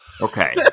okay